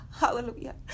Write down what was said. Hallelujah